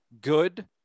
good